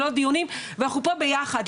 ללא דיונים ואנחנו פה ביחד,